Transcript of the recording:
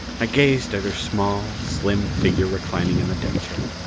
i gazed at her small, slim figure reclining in the deck chair.